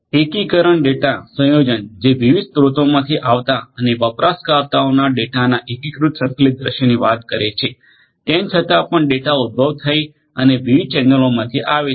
એકીકરણ ડેટા સંયોજન જે વિવિધ સ્રોતોમાંથી આવતા અને વપરાશકર્તાઓના ડેટાના એકીકૃત સંકલિત દૃશ્યની વાત કરે છે તેમ છતાં પણ ડેટા ઉદ્ભવ થઇ અને વિવિધ ચેનલોમાથી આવે છે